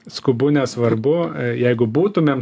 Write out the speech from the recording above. skubu nesvarbu jeigu būtumėm